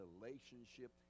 relationship